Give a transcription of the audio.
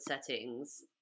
settings